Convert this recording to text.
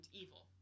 evil